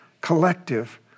collective